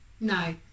No